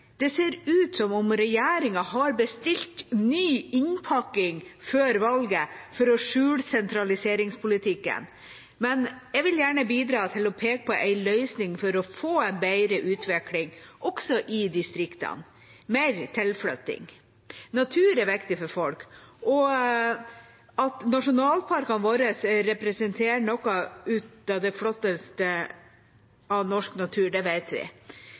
Det ser ut som om regjeringa har bestilt ny innpakning før valget for å skjule sentraliseringspolitikken. Jeg vil gjerne bidra til å peke på en løsning for å få en bedre utvikling også i distriktene: mer tilflytting. Natur er viktig for folk, og at nasjonalparkene våre representerer noe av det flotteste av norsk natur, vet vi.